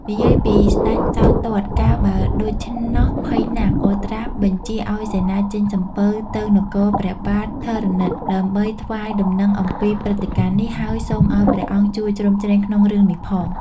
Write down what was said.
និយាយពីស្តេចសោទត្ត កាលបើដូច្នោះភ័យណាស់ក៏ត្រាស់បញ្ជាឲ្យសេនាចេញសំពៅទៅនគរព្រះបាទធរណិត ដើម្បីថ្វាយដំណឹងអំពីព្រឹត្តិការណ៍នេះ ហើយសូមឲ្យព្រះអង្គជួយជ្រោមជ្រែងក្នុងរឿងនេះផង។